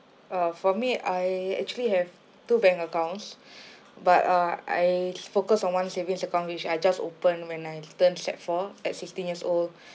uh for me I actually have two bank accounts but uh I focus on one savings account which I just opened when I turn sec four at sixteen years old